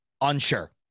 unsure